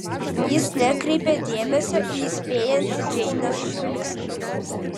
jis nekreipia dėmesio į įspėjantį džeinės žvilgsnį